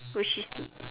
which is